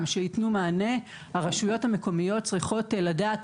שייתנו מענה הרשויות המקומיות צריכות לדעת,